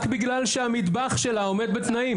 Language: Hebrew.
רק בגלל שהטבח שלה עומד בתנאים.